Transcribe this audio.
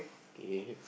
K